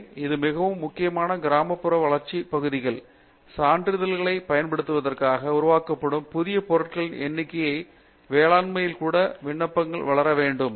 மூர்த்தி எனவே இது மிகவும் முக்கிய கிராமப்புற வளர்ச்சிப் பகுதிகள் சான்றிதழைப் பயன்படுத்துவதற்காக உருவாக்கப்படும் புதிய பொருட்களின் எண்ணிக்கை வேளாண்மையில் கூட விண்ணப்பங்கள் வளர வேண்டும்